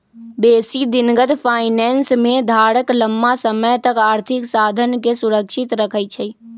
बेशी दिनगत फाइनेंस में धारक लम्मा समय तक आर्थिक साधनके सुरक्षित रखइ छइ